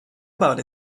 about